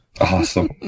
Awesome